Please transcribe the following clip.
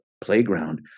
playground